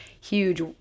huge